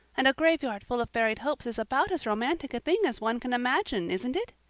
and a graveyard full of buried hopes is about as romantic a thing as one can imagine isn't it?